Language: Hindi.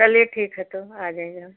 चलिए ठीक है तो आ जाएइगा